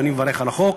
ואני מברך על החוק.